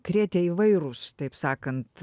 krėtė įvairūs taip sakant